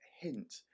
hint